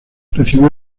recibió